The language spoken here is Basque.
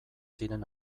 ziren